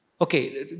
okay